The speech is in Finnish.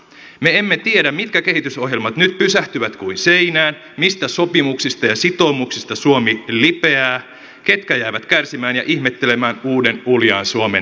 me emme tiedä mitkä kehitysohjelmat nyt pysähtyvät kuin seinään mistä sopimuksista ja sitoumuksista suomi lipeää ketkä jäävät kärsimään ja ihmettelemään uuden uljaan suomen itsekästä linjaa